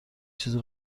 چیزی